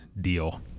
deal